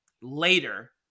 later